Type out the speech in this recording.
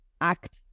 Act